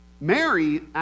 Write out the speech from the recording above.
Mary